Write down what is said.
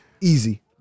Easy